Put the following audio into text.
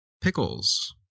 Pickles